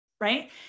right